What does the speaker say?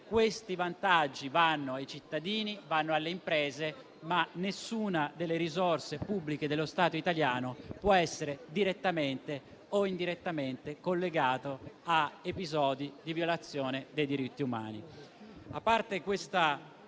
questi vantaggi vanno ai cittadini e alle imprese, e che nessuna delle risorse pubbliche dello Stato italiano può essere direttamente o indirettamente collegata a episodi di violazione dei diritti umani.